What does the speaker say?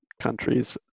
countries